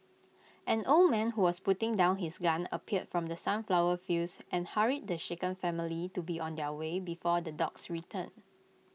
an old man who was putting down his gun appeared from the sunflower fields and hurried the shaken family to be on their way before the dogs return